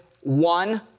one